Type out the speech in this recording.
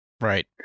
Right